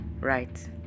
right